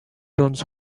tones